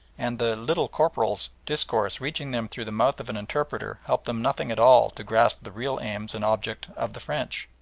and the little corporal's discourse reaching them through the mouth of an interpreter helped them nothing at all to grasp the real aims and object of the french.